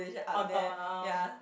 on top ah hor